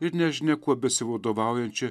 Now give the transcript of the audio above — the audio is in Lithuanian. ir nežinia kuo besivadovaujančią